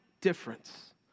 difference